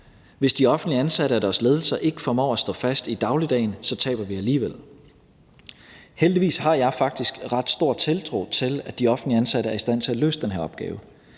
hvis de offentligt ansatte og deres ledelser ikke formår at stå fast i dagligdagen, så taber vi alligevel. Heldigvis har jeg faktisk ret stor tiltro til, at de offentligt ansatte er i stand til at løse den her opgave.